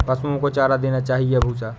पशुओं को चारा देना चाहिए या भूसा?